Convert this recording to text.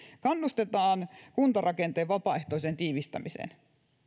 kannustetaan kuntarakenteen vapaaehtoiseen tiivistämiseen